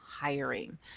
hiring